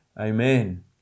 Amen